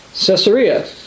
Caesarea